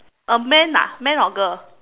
a man ah man or girl